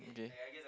okay